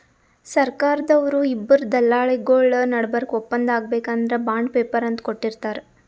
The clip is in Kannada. ಸರ್ಕಾರ್ದವ್ರು ಇಬ್ಬರ್ ದಲ್ಲಾಳಿಗೊಳ್ ನಡಬರ್ಕ್ ಒಪ್ಪಂದ್ ಆಗ್ಬೇಕ್ ಅಂದ್ರ ಬಾಂಡ್ ಪೇಪರ್ ಅಂತ್ ಕೊಟ್ಟಿರ್ತಾರ್